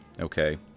okay